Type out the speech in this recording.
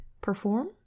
perform